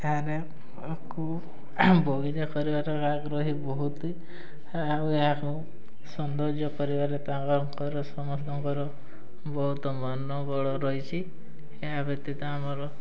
ଏହାର କୁ ବଗିଚା କରିବାର ଆଗ୍ରହୀ ବହୁତ ଆଉ ଏହାକୁ ସୌନ୍ଦର୍ଯ୍ୟ କରିବାରେ ତାଙ୍କର ସମସ୍ତଙ୍କର ବହୁତ ମନୋବଳ ରହିଛି ଏହା ବ୍ୟତୀତ ଆମର